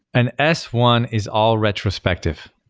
an s one is all retrospective.